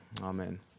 Amen